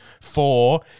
Four